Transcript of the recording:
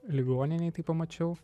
ligoninėj tai pamačiau